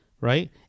right